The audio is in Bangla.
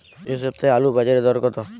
এ সপ্তাহে আলুর বাজারে দর কত?